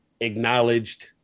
acknowledged